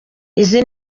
izi